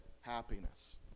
happiness